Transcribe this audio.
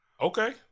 Okay